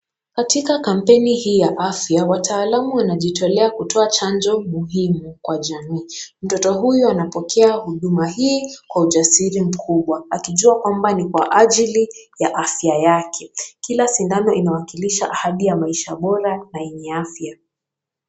Katika kampeni hii ya afya wataalamu wanajitolea kutoa chanjo muhimu kwa jamii. Mtoto huyu anapokea huduma hii kwa ujasiri mkubwa akijua kwamba ni kwa ajili ya afya yake. Kila sindano inawakilisha ahadi ya maisha bora na yenye afya.